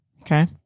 Okay